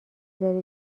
داری